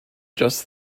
just